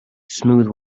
smooth